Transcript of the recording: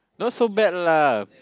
not so bad lah